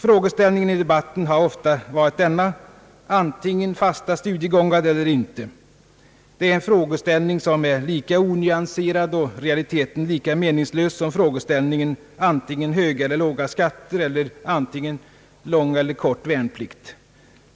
Frågeställningen i debatten har ofta varit denna: antingen fasta studiegångar eller inte, Det är en frågeställning som är lika onyanserad och i realiteten lika meningslös som frågeställningen: antingen höga eller låga skatter eller antingen lång eller kort värnplikt.